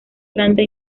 planta